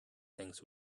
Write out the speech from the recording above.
things